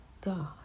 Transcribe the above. God